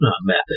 method